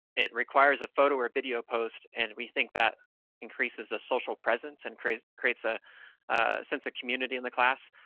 it requires a photo or video post, and we think that increases the social presence and creates creates a sense of community in the class,